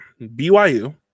BYU